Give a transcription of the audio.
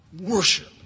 worship